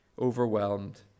Overwhelmed